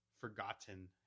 forgotten